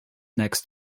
next